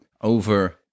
over